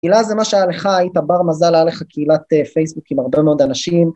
אילת זה מה שהיה לך, היית בר מזל היה לך קהילת פייסבוק עם הרבה מאוד אנשים